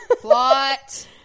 plot